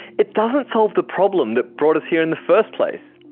it doesn't solve the problem that brought us here in the first place.